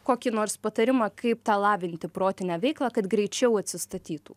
kokį nors patarimą kaip tą lavinti protinę veiklą kad greičiau atsistatytų